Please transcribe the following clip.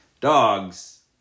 Dogs